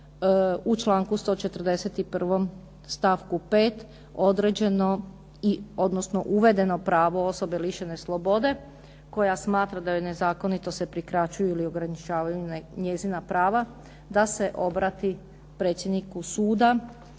u članku 141. stavku 5. određeno, odnosno uvedeno pravo osobe lišene slobode koja smatra da je nezakonito se prikraćuju ili ograničavaju njezina prava da se obrati predsjedniku suda